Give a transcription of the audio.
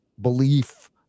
belief